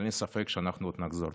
ואין לי ספק שאנחנו עוד נחזור.